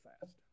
fast